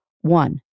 one